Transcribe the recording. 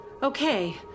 Okay